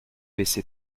baissé